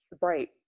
Right